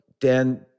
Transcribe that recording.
Dan